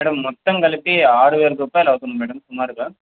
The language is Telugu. మ్యాడమ్ మొత్తం కలిపి ఆరువేలు రూపాయిలు అవుతుంది మ్యాడమ్ సుమారుగా